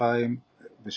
2017